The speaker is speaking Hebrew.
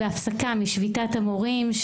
בהפסקה משביתת המורים,